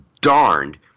darned